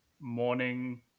morning